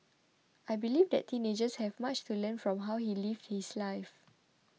I believe that teenagers have much to learn from how he lived his life